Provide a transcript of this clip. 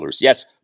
Yes